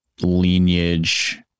lineage